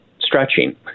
stretching